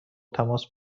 تماس